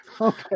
Okay